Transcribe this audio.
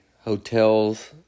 hotels